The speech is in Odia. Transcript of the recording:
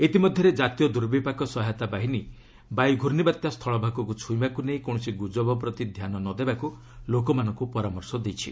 ଇତିମଧ୍ୟରେ ଜାତୀୟ ଦୁର୍ବିପାକ ସହାୟତା ବାହିନୀ ବାୟୁ ୍ରୁର୍ଷିବାତ୍ୟା ସ୍ଥଳଭାଗକୁ ଛୁଇଁବାକୁ ନେଇ କୌଶସି ଗୁଳବ ପ୍ରତି ଧ୍ୟାନ ନଦେବାକୁ ଲୋକମାନଙ୍କୁ ପରାମର୍ଶ ଦେଇଛି